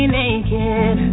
naked